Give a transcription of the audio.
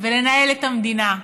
ולנהל את המדינה?